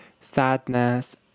sadness